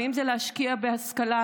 ואם זה להשקיע בהשכלה,